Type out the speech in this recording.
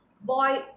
boy